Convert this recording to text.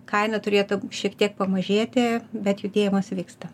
kaina turėtų šiek tiek pamažėti bet judėjimas vyksta